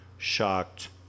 shocked